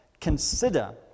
consider